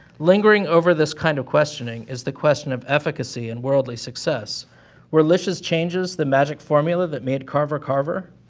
lingering over this kind of questioning is the question of efficacy and worldly success were lish's changes the magic formula that made carver carver?